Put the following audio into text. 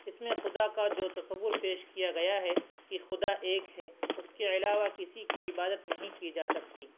اس میں خدا کا جو تصور پیش کیا گیا ہے کہ خدا ایک ہے اس کے علاوہ کسی کی عبادت نہیں کی جا سکتی